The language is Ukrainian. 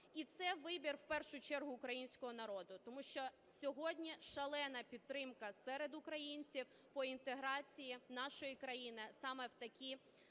І це вибір у першу чергу українського народу, тому що сьогодні шалена підтримка серед українців по інтеграції нашої країни саме в такі